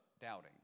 doubting